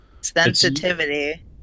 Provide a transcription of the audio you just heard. Sensitivity